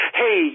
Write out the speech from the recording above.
hey